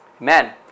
Amen